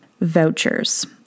Vouchers